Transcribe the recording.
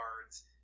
cards